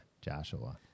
Joshua